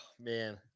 man